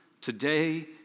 today